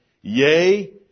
yea